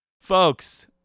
Folks